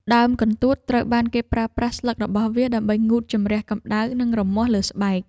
ដើមកន្ទួតត្រូវបានគេប្រើប្រាស់ស្លឹករបស់វាដើម្បីងូតជម្រះកម្តៅ និងរមាស់លើស្បែក។